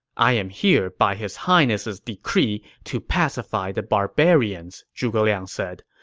i am here by his highness's decree to pacify the barbarians, zhuge liang said.